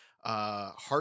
Heart